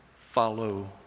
follow